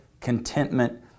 contentment